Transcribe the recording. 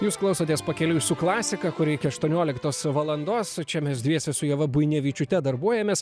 jūs klausotės pakeliui su klasika kuri iki aštuonioliktos valandos čia mes dviese su ieva buinevičiūte darbuojamės